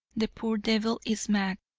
the poor devil is mad,